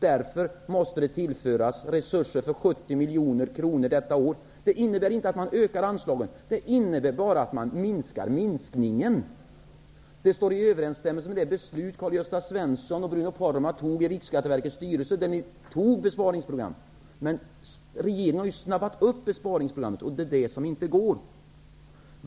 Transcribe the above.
Därför måste resurser tillföras för 70 miljoner kronor detta år. Det innebär inte att man ökar anslagen. Det innebär bara att man minskar minskningen. Detta står i överensstämmelse med det beslut om besparingsprogram som Karl-Gösta Riksskatteverkets styrelse. Men regeringen har ju snabbat upp besparingsprogrammet, och det är det som inte går.